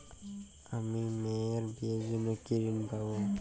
আমি মেয়ের বিয়ের জন্য কি ঋণ পাবো?